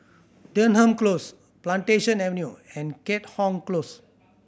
Denham Close Plantation Avenue and Keat Hong Close